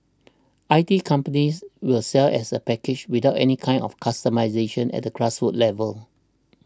I T companies will sell as a package without any kind of customisation at a grassroots level